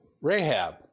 Rahab